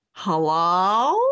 Hello